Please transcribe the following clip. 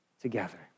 together